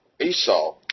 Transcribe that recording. Esau